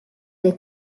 dei